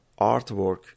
artwork